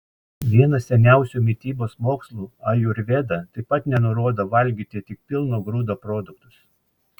vienas seniausių mitybos mokslų ajurveda taip pat nenurodo valgyti tik pilno grūdo produktus